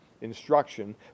instruction